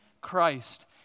Christ